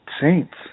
Saints